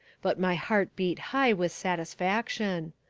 but my heart beat high with satisfaction.